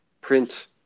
print